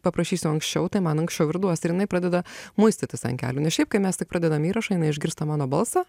paprašysiu anksčiau tai man anksčiau ir duos ir jinai pradeda muistytis ant kelių nes šiaip kai mes tik pradedam įrašą jinai išgirsta mano balsą